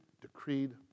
decreed